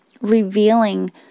revealing